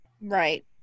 right